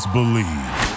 Believe